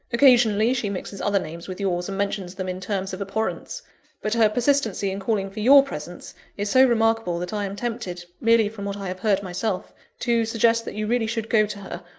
occasionally she mixes other names with yours, and mentions them in terms of abhorrence but her persistency in calling for your presence, is so remarkable that i am tempted, merely from what i have heard myself to suggest that you really should go to her,